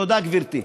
תודה, גברתי.